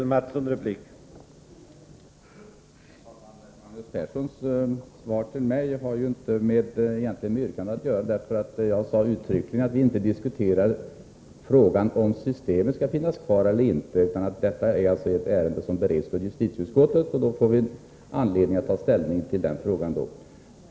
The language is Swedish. Nr 145 Herr talman! Magnus Perssons replik på mitt anförande har egentligen inte . Onsdagen den med yrkandet att göra, för jag sade uttryckligen att vi inte nu diskuterar 16 LA MO84 frågan om huruvida systemet skall finnas kvar eller inte, att detta är ett J ärende som bereds av justitieutskottet och att vi får anledning att senare ta é nd :: 5 Fa Avveckling av den ställning till systemet som sådant.